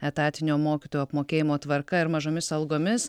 etatinio mokytojų apmokėjimo tvarka ir mažomis algomis